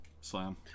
slam